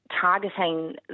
targeting